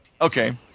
Okay